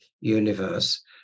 universe